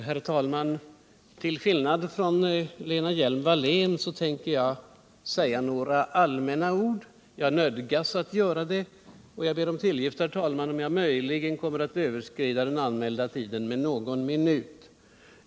Herr talman! Till skillnad från Lena Hjelm-Wallén tänker jag också säga några allmänna ord: jag nödgas att göra det. Jag ber om tillgift, herr talman. om jag därigenom möjligen kommer att överskrida den anmälda tiden med någon minut.